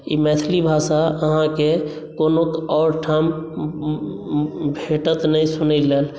ई मैथिली भाषा अहाँकेँ कोनो आओर ठाम भेटत नहि सुनयलेल